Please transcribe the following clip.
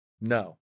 no